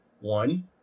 One